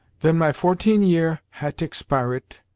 ven my fourteen year hat expiret,